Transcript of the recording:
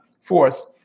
force